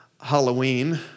Halloween